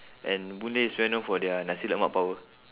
and boon lay is very known for their nasi lemak power